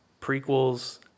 Prequels